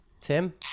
Tim